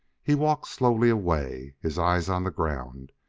he walked slowly away, his eyes on the ground,